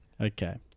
Okay